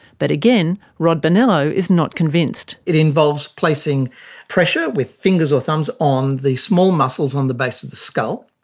but again, rod bonello is not convinced. it involves placing pressure with fingers or thumbs on the small muscles on the base of the skull,